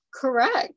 Correct